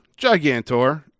Gigantor